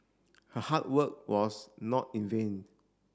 her hard work was not in vain